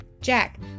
Jack